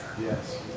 Yes